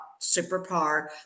superpower